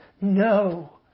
No